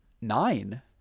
nine